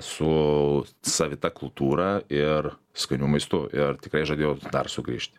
su savita kultūra ir skaniu maistu ir tikrai žadėjo dar sugrįžti